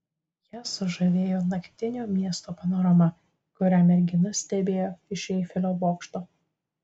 ją sužavėjo naktinio miesto panorama kurią mergina stebėjo iš eifelio bokšto